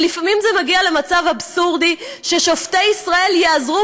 ולפעמים זה מגיע למצב אבסורדי ששופטי ישראל ייעזרו